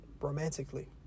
romantically